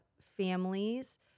families